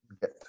get